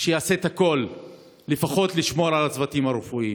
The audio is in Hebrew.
לעשות את הכול לפחות לשמור על הצוותים הרפואיים.